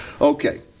Okay